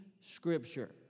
scripture